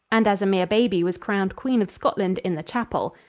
and as a mere baby was crowned queen of scotland in the chapel.